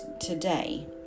today